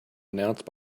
announced